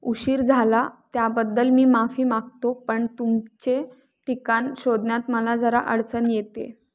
उशीर झाला त्याबद्दल मी माफी मागतो पण तुमचे ठिकाण शोधण्यात मला जरा अडचण येते आहे